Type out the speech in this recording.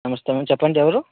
నమస్తే అండీ చెప్పండి ఎవరు